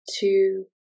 two